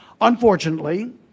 Unfortunately